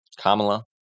Kamala